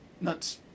nuts